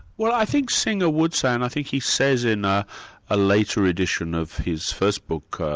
well i think singer would say, and i think he says in a later edition of his first book,